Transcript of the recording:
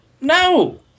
No